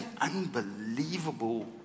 unbelievable